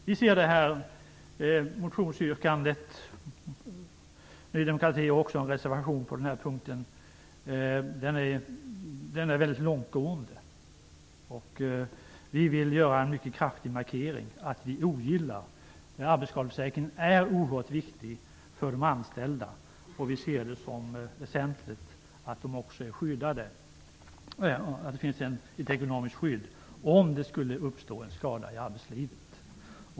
Vi ser Ny demokratis motionsyrkande -- man har också en reservation på denna punkt -- som väldigt långtgående. Vi vill göra en mycket kraftig markering om att vi ogillar detta. Arbetsskadeförsäkringen är oerhört viktig för de anställda. Vi tycker att det är väsentligt att det finns ett ekonomiskt skydd om det skulle uppstå en skada i arbetslivet.